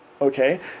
okay